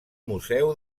museu